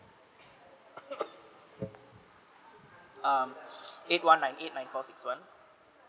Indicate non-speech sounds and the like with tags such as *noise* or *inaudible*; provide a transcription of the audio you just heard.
*coughs* um eight one nine eight nine four six one